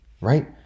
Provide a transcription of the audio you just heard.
Right